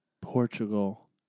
Portugal